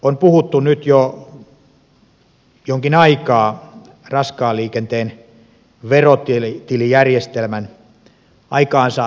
on puhuttu nyt jo jonkin aikaa raskaan liikenteen verotilijärjestelmän aikaansaamisesta